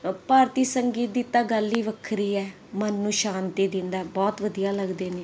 ਭਾਰਤੀ ਸੰਗੀਤ ਦੀ ਤਾਂ ਗੱਲ ਹੀ ਵੱਖਰੀ ਹੈ ਮਨ ਨੂੰ ਸ਼ਾਂਤੀ ਦਿੰਦਾ ਬਹੁਤ ਵਧੀਆ ਲੱਗਦੇ ਨੇ